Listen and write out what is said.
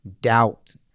doubt